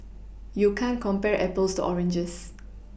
you can't compare Apples to oranges